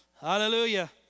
Hallelujah